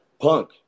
Punk